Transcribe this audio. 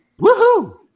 Woohoo